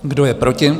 Kdo je proti?